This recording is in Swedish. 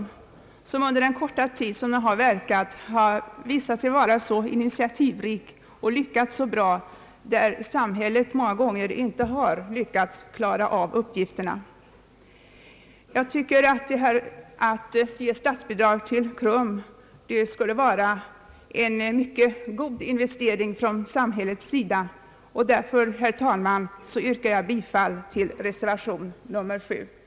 Organisationen har under den korta tid som den verkat varit initiativrik och lyckats bra där samhället många gånger inte har kunnat klara av uppgifterna. Att ge statsbidrag till KRUM skulle vara en god investering från samhällets sida. Därför yrkar jag bifall till reservationen av herr Per Jacobsson m.fl.